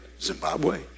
Zimbabwe